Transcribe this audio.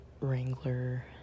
Wrangler